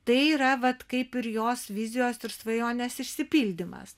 tai yra vat kaip ir jos vizijos ir svajonės išsipildymas